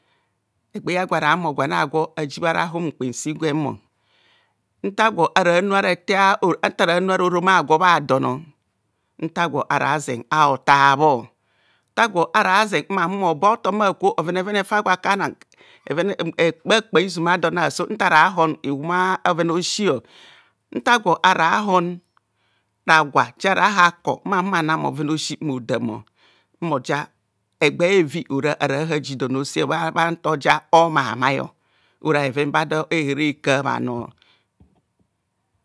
Egbe ja ra humor gwan agwo ajibho ara hum kpansi gwemmo, nta gwo ara nu ara etah orom ntagwo ara nu ara orom agwo bha dom nta gwo ara nu ara orom agwo bho don nta gwo ara ze a'otabhor, nta gwo ara ze a'humor hobo a'hotom akwo bhovevene fa gwo akana bha kpaizuma adon asonta ra hom i wum a'bhoven a'osi nta gwo ara hon rag wa jaraha kor mmana bhoven a'osi mma bhodam, mmoja evba evi ora ara ha ji don a'ose bhanta oja omamai ora bhe ven bado ehereka bhanor.